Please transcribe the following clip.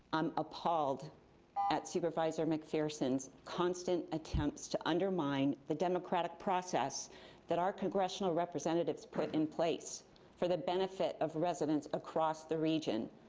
i'm appalled at supervisor mcpherson's constant attempts to undermine the democratic process that our congressional representatives put in place for the benefit of residents across the region.